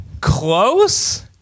Close